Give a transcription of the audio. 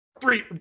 Three